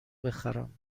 بخرم